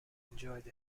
enjoyed